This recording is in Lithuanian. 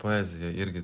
poezija irgi